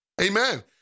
Amen